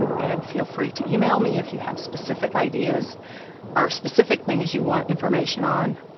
um and feel free to email me if you have specific ideas or specific things you want information on,